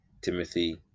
timothy